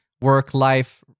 work-life